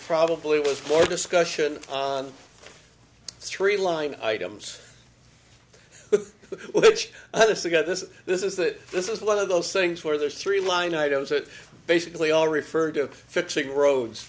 probably was more discussion on three line items which others to get this is this is that this is one of those things where there's three line items that basically all refer to fixing roads